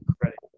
credit